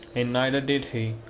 and neither did he.